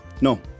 No